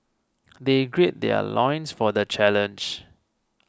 they gird their loins for the challenge